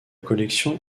collection